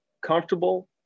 comfortable